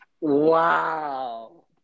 Wow